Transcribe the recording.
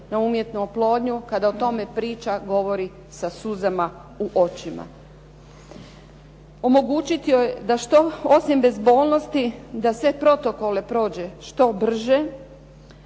na umjetnu oplodnju kada o tome priča govori sa suzama u očima. Omogućit joj da osim bezbolnosti, da sve protokole prođe što brže,